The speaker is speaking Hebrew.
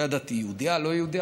לא ידעתי, יהודייה, לא יהודייה.